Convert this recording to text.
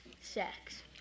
sex